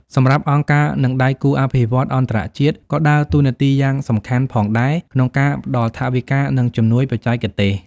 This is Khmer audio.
សម្រាប់ អង្គការ និងដៃគូអភិវឌ្ឍន៍អន្តរជាតិក៏ដើរតួនាទីយ៉ាងសំខាន់ផងដែរក្នុងការផ្តល់ ថវិកា និងជំនួយបច្ចេកទេស។